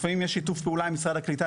לפעמים יש שיתוף פעולה עם משרד הקליטה,